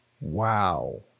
Wow